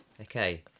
Okay